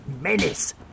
menace